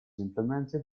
implemented